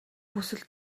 хүсэл